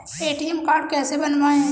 ATM card कैसे बनवाएँ?